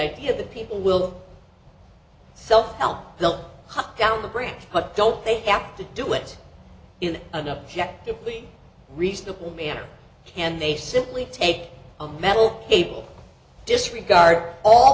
idea that people will self help built up down the branch but don't they have to do it in an objectively reasonable manner can they simply take a metal table disregard all